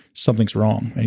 something's wrong. and